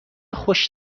خوش